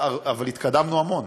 אבל התקדמנו המון,